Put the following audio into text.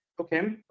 Okay